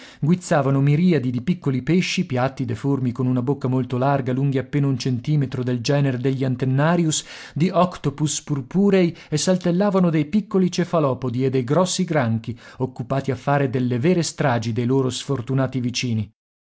guizzavano miriadi di piccoli pesci piatti deformi con una bocca molto larga lunghi appena un centimetro del genere degli antennarius di octopus purpurei e saltellavano dei piccoli cefalopodi e dei grossi granchi occupati a fare delle vere stragi dei loro sfortunati vicini